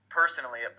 personally